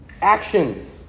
actions